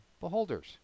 Beholders